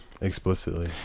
Explicitly